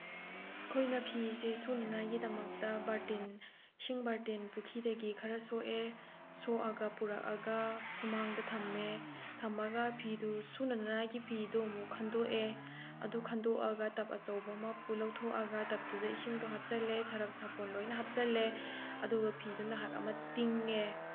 ꯑꯩꯈꯣꯏꯅ ꯐꯤꯁꯦ ꯁꯨꯅꯅꯉꯥꯏꯒꯤꯗꯃꯛꯇ ꯕꯥꯜꯇꯤꯟ ꯏꯁꯤꯡ ꯕꯥꯜꯇꯤꯟ ꯄꯨꯈ꯭ꯔꯤꯗꯒꯤ ꯈꯔ ꯁꯣꯛꯑꯦ ꯁꯣꯛꯑꯒ ꯄꯨꯔꯛꯑꯒ ꯁꯨꯃꯥꯡꯗ ꯊꯝꯃꯦ ꯊꯝꯃꯒ ꯐꯤꯗꯨ ꯁꯨꯅꯅꯉꯥꯏꯒꯤ ꯐꯤꯗꯨ ꯑꯃꯨꯛ ꯈꯟꯗꯣꯛꯑꯦ ꯑꯗꯨ ꯈꯟꯗꯣꯛꯑꯒ ꯇꯕ ꯑꯆꯧꯕ ꯑꯃ ꯂꯧꯊꯣꯛꯑꯒ ꯇꯕꯇꯨꯗ ꯏꯁꯤꯡꯗꯣ ꯍꯥꯞꯆꯤꯜꯂꯦ ꯁꯔꯞ ꯁꯥꯄꯣꯟ ꯂꯣꯏꯅ ꯍꯥꯞꯆꯤꯜꯂꯦ ꯑꯗꯨꯒ ꯐꯤꯗꯨ ꯉꯥꯏꯍꯥꯛ ꯑꯃ ꯇꯤꯡꯉꯦ